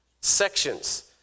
sections